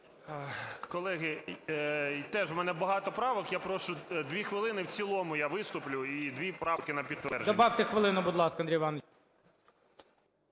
Колеги, теж у мене багато правок. Я прошу 2 хвилини, в цілому я виступлю, і 2 правки на підтвердження. ГОЛОВУЮЧИЙ. Добавте хвилину, будь ласка, Андрію Івановичу.